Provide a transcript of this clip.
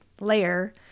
layer